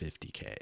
50K